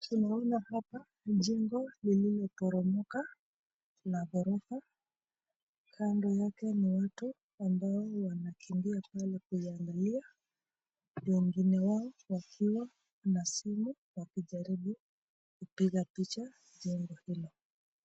Tunaona hapa jengo lililoporomoka na gorofa. Kando yake ni watu ambao wanakimbia pale kuiangalia. Wengine wao wakiwa na simu wakijaribu kupiga picha jengo hilo.